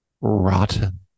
rotten